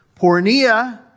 Pornea